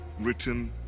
Written